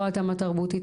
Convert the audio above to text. לא התאמה תרבותית,